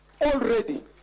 already